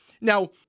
Now